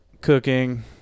cooking